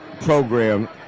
program